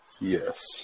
Yes